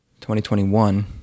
2021